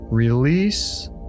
Release